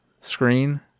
screen